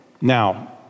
Now